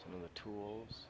some of the tools